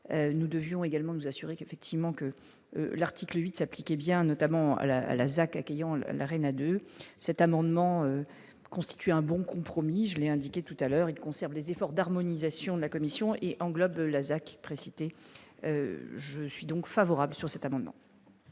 nous devions également nous assurer qu'effectivement que l'article 8 s'appliquer bien notamment à la à la accueillant le la reine 2 cet amendement constitue un bon compromis, je l'ai indiqué tout-à-l'heure il les efforts d'harmonisation de la commission et englobe la ZAC précités, je suis donc favorable sur cet amendement.